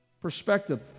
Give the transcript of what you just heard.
Perspective